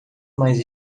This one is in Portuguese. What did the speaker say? mais